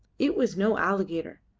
it was no alligator.